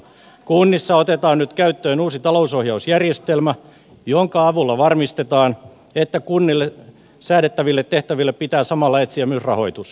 kunnissa otetaan nyt käyttöön uusi talousohjausjärjestelmä jonka avulla varmistetaan että kunnille säädettäville tehtäville pitää samalla etsiä myös rahoitus